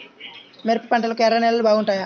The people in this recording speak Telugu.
మిరప పంటకు ఎర్ర నేలలు బాగుంటాయా?